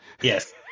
Yes